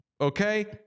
okay